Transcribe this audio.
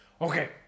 Okay